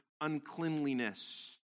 uncleanliness